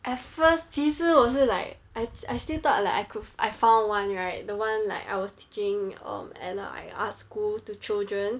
at first 其实我是 like I I still thought like I could I found one right the one like I was teaching um at a arts school to children